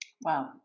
Wow